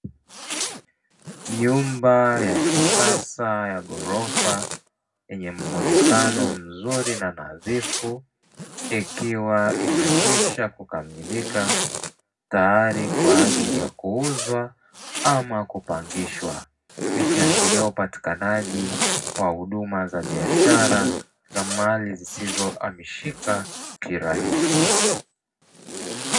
Nyumba ya kisasa ya gorofa yenye muonekano mzuri na nadhifu ikiwa imekwisha kukamilika tayari kwa ajili ya kuuzwa ama kupangishwa. Ikiashiria upatikanaji wa huduma za biashara za mali zisizohamishika kirahisi.